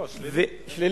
לא, שלילי.